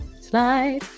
slide